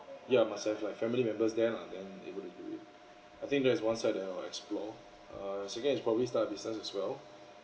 ya must have like family members there lah then able to do it I think that is one side that I'll explore err second is probably start a business as well